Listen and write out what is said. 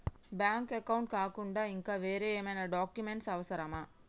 Bank account కాకుండా ఇంకా వేరే ఏమైనా డాక్యుమెంట్స్ అవసరమా?